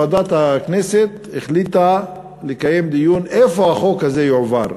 ועדת הכנסת החליטה לקיים דיון לאן החוק הזה יועבר,